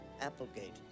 Applegate